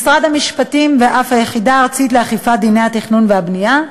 משרד המשפטים ואף היחידה הארצית לאכיפת דיני התכנון והבנייה,